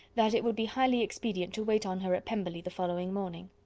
that it would be highly expedient to wait on her at pemberley the following morning.